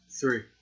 Three